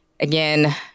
Again